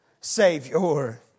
Savior